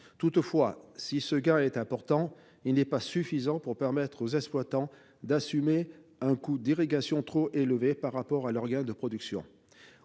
Mais si ce gain est important, il n'est pas suffisant pour permettre aux exploitants d'assumer un coût d'irrigation trop élevé par rapport à leur gain de production.